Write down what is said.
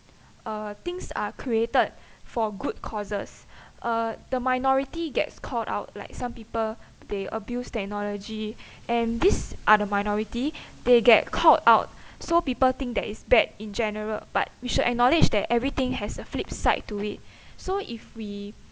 uh things are created for good causes uh the minority gets called out like some people they abused technology and this are the minority they get called out so people think that it's bad in general but we should acknowledge that everything has a flip side to it so if we